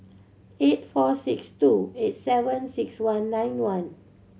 eight four six two eight seven six one nine one